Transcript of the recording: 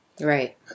Right